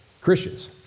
Christians